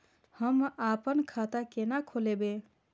हम आपन खाता केना खोलेबे?